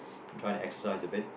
trying to exercise a bit